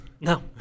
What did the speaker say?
No